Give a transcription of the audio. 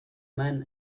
men